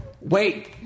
Wait